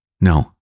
No